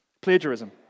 Plagiarism